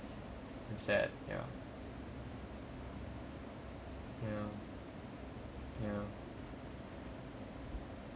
and sad ya ya ya